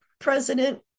president